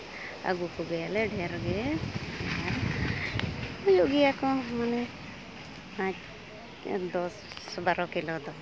ᱟᱹᱜᱩ ᱠᱚᱜᱮᱭᱟᱞᱮ ᱰᱷᱮᱨ ᱜᱮ ᱟᱨ ᱦᱩᱭᱩᱜ ᱜᱮᱭᱟ ᱠᱚ ᱯᱟᱸᱪ ᱫᱚᱥ ᱵᱟᱨᱚ ᱠᱤᱞᱳ ᱫᱚ